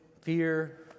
fear